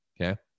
Okay